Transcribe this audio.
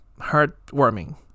heartwarming